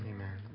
Amen